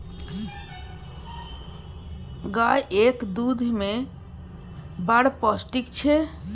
गाएक दुध मे बड़ पौष्टिक छै